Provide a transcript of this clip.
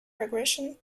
regression